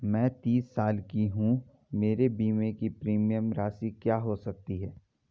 मैं तीस साल की हूँ मेरे बीमे की प्रीमियम राशि क्या हो सकती है?